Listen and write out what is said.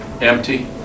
Empty